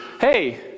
hey